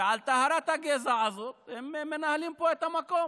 ועל טהרת הגזע הזאת הם מנהלים פה את המקום.